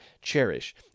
Cherish